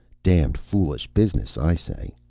damned foolish business, i say.